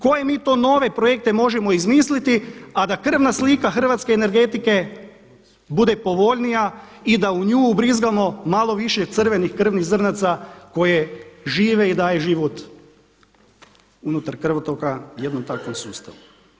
Koje mi to nove projekte možemo izmisliti, a da krvna slika hrvatske energetike bude povoljnija i da u nju ubrizgamo malo više crvenih krvnih zrnaca koje žive i daje život unutar krvotoka jednom takvom sustavu?